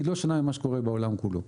היא לא שונה ממה שקורה בעולם כולו.